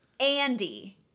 Andy